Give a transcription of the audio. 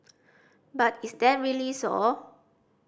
but is that really so